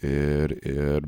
ir ir